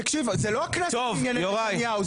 זה לא הכנסת לענייני נתניהו,